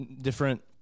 different –